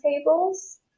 tables